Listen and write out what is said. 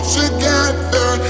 together